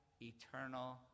eternal